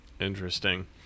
Interesting